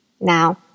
Now